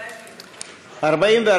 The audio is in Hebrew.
סעיף 23, כהצעת הוועדה, נתקבל.